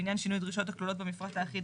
לעניין שינוי דרישות הכלולות במפרט האחיד,